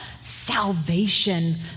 salvation